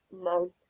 no